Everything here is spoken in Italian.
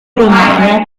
romano